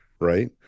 right